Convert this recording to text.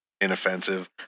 inoffensive